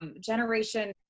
generation